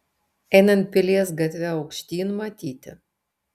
einant pilies gatve aukštyn matyti